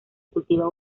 cultiva